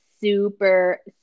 super